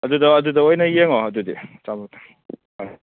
ꯑꯗꯨꯗ ꯑꯗꯨꯗ ꯑꯣꯏꯅ ꯌꯦꯡꯉꯣ ꯑꯗꯨꯗꯤ ꯑꯆꯥꯄꯣꯠꯇꯣ